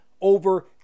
over